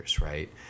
right